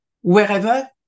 wherever